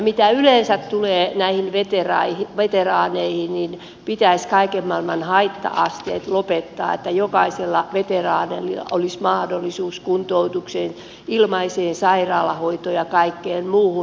mitä yleensä tulee näihin veteraaneihin pitäisi kaiken maailman haitta asteet lopettaa jotta jokaisella veteraanilla olisi mahdollisuus kuntoutukseen ilmaiseen sairaalahoitoon ja kaikkeen muuhun